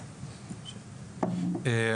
2ה(א).